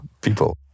people